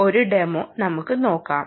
ഇതിന്റെ ഒരു ഡെമോ നമുക്ക് നോക്കാം